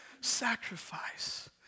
sacrifice